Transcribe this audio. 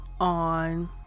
on